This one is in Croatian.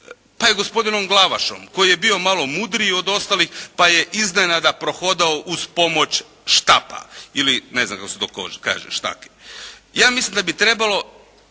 pa i gospodinom Glavašom koji je bio malo mudriji od ostalih pa je iznenada prohodao uz pomoć štapa ili ne znam kako se to kaže štake. Ja mislim da bi trebalo